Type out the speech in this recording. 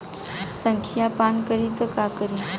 संखिया पान करी त का करी?